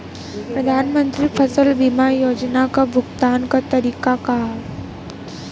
प्रधानमंत्री फसल बीमा योजना क भुगतान क तरीकाका ह?